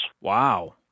Wow